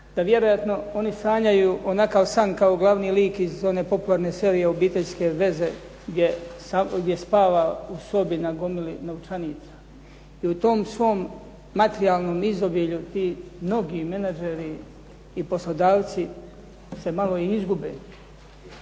da vjerojatno oni sanjaju onakav san kao glavni lik iz one popularne serije obiteljske veze gdje spava u sobi na gomili novčanica. I u tom svom materijalnom izobilju ti mnogi menadžeri i poslodavci se malo i izgube,